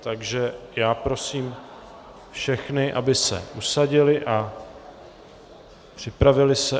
Takže prosím všechny, aby se usadili a připravili se.